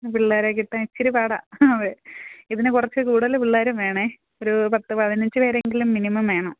പിള്ളേരെ കിട്ടാൻ ഇച്ചിരി പാടാണ് അതെ ഇതിന് കുറച്ചു കൂടുതൽ പിള്ളേരും വേണം ഒരൂ പത്ത് പതിനഞ്ച് പേരെങ്കിലും മിനിമം വേണം